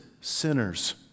sinners